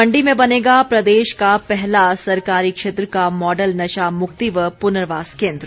मंडी में बनेगा प्रदेश का पहला सरकारी क्षेत्र का मॉडल नशा मुक्ति व पुर्नवास केन्द्र